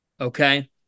okay